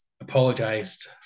apologized